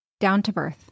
DOWNTOBIRTH